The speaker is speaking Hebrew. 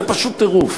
זה פשוט טירוף.